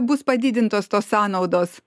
bus padidintos tos sąnaudos